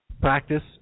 practice